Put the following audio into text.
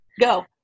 go